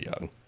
young